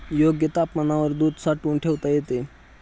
योग्य तापमानावर दूध साठवून ठेवता येते